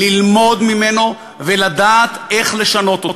ללמוד ממנו ולדעת איך לשנות אותו.